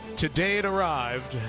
today it arrived.